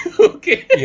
Okay